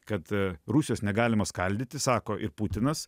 kad rusijos negalima skaldyti sako ir putinas